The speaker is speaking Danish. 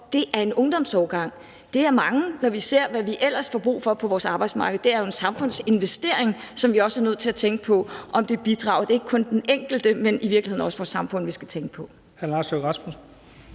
det er af en ungdomsårgang. Det er mange, når vi ser, hvad vi ellers får brug for på vores arbejdsmarked. Det er en samfundsinvestering, som vi også er nødt til at tænke på, i forhold til om det bidrager. Det er ikke kun den enkelte, men i virkeligheden også vores samfund, vi skal tænke på.